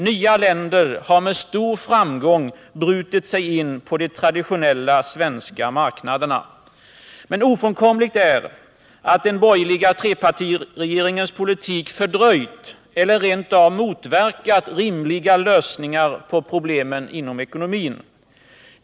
Nya länder har med stor framgång brutit sig in på de traditionella svenska marknaderna. Men ofrånkomligt är att den borgerliga trepartiregeringens politik fördröjt eller rent av motverkat rimliga lösningar på problemen inom ekonomin.